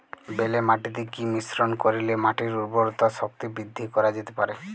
বেলে মাটিতে কি মিশ্রণ করিলে মাটির উর্বরতা শক্তি বৃদ্ধি করা যেতে পারে?